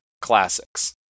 classics